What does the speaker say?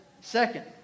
Second